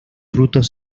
frutos